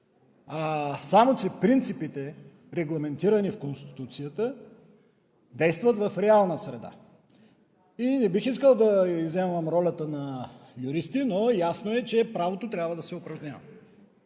само че принципите, регламентирани в Конституцията, действат в реална среда и не бих искал да изземвам ролята на юристите, но е ясно, че правото трябва да се упражнява.